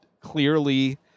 clearly